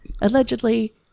Allegedly